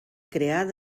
crear